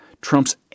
trumps